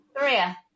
Maria